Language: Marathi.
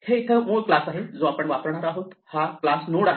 हे इथे हा मूळ क्लास आहे जो आपण वापरणार आहोत हा क्लास नोड आहे